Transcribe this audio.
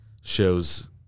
shows